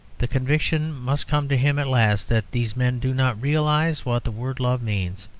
the conviction must come to him at last that these men do not realize what the word love means,